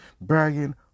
bragging